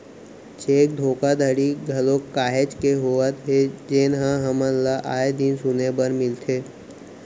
cheque धोखाघड़ी घलोक काहेच के होवत हे जेनहा हमन ल आय दिन सुने बर मिलथे